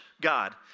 God